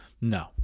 No